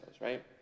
right